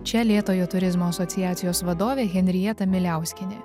čia lėtojo turizmo asociacijos vadovė henrieta miliauskienė